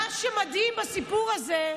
מה שמדהים בסיפור הזה,